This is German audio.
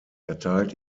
erteilt